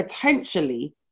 potentially